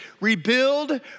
rebuild